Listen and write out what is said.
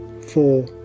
four